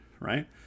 right